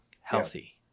healthy